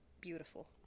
beautiful